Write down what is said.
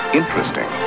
interesting